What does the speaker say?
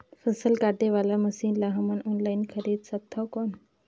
फसल काटे वाला मशीन ला हमन ऑनलाइन खरीद सकथन कौन?